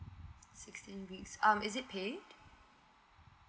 sixteen week um is it paid